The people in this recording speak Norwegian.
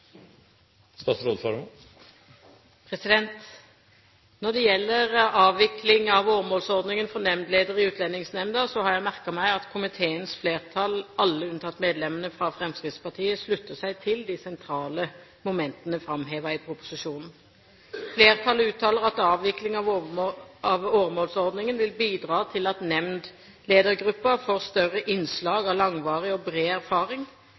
Når det gjelder avvikling av åremålsordningen for nemndledere i Utlendingsnemnda, har jeg merket meg at komiteens flertall, alle unntatt medlemmene fra Fremskrittspartiet, slutter seg til de sentrale momentene framhevet i proposisjonen. Flertallet uttaler at avvikling av åremålsordningen vil bidra til at nemndledergruppen får større innslag av langvarig og bred erfaring,